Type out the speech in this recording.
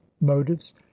motives